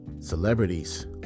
celebrities